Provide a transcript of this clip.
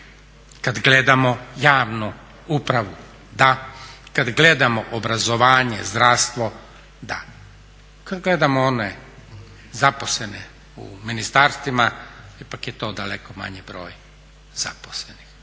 kad gledamo javnu upravu. Da, kad gledamo obrazovanje, zdravstvo da. Kad gledamo one zaposlene u ministarstvima ipak je to daleko manji broj zaposlenih.